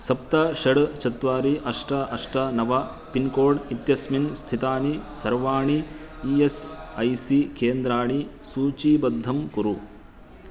सप्त षट् चत्वारि अष्ट अष्ट नव पिन्कोड् इत्यस्मिन् स्थितानि सर्वाणि ई एस् ऐ सी केन्द्राणि सूचीबद्धं कुरु